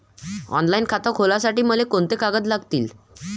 Online खातं खोलासाठी मले कोंते कागद लागतील?